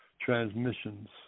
transmissions